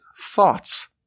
thoughts